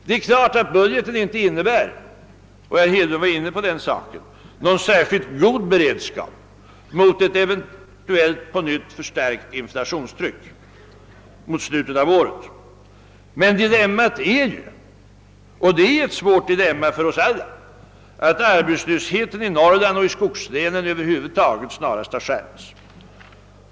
Det är klart att budgeten inte innebär — herr Hedlund var inne på den saken — någon särskilt god beredskap mot ett eventuellt på nytt förstärkt inflationstryck under slutet av året. Men dilemmat — och det är ett svårt dilemma för oss alla — är att arbetslösheten i Norrland och i skogslänen över huvud taget snarast har skärpts.